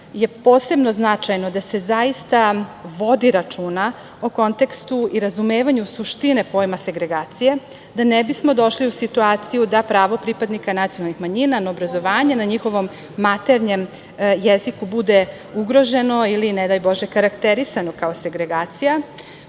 je posebno značajno da se zaista vodi računa o kontekstu i razumevanju suštine pojma segragacije, da ne bismo došli u situaciju da pravo pripadnika nacionalnih manjina na obrazovanje na njihovom maternjem jeziku bude ugroženo ili, ne daj bože, karakterisano kao sagregacija,